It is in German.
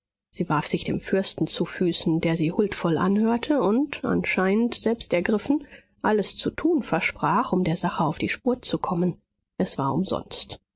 sie warf sich dem fürsten zu füßen der sie huldvoll anhörte und anscheinend selbst ergriffen alles zu tun versprach um der sache auf die spur zu kommen es war umsonst